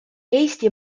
eesti